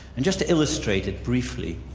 and just to illustrate it briefly,